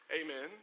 Amen